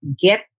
get